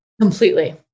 Completely